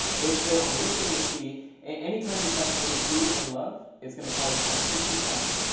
basically, i'm looking to see anytime you press any key in love, it's going to call this function keypressed.